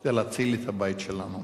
זה להציל את הבית שלנו.